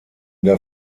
der